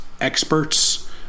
experts